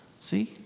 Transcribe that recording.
See